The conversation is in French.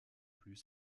plus